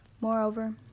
Moreover